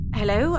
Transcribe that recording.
hello